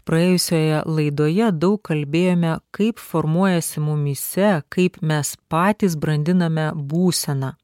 praėjusioje laidoje daug kalbėjome kaip formuojasi mumyse kaip mes patys brandiname būseną